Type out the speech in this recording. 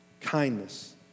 kindness